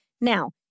Now